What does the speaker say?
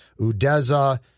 Udeza